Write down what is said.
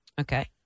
Okay